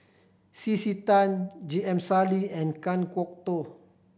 C C Tan J M Sali and Kan Kwok Toh